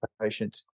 patient